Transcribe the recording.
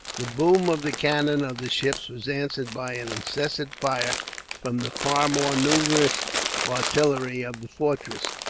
the boom of the cannon of the ships was answered by an incessant fire from the far more numerous artillery of the fortress,